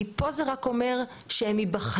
כי פה זה רק אומר שהם ייבחנו.